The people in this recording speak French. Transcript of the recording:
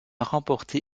remporté